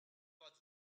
was